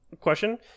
question